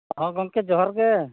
ᱦᱮᱸ ᱜᱚᱝᱠᱮ ᱡᱚᱦᱟᱨᱜᱮ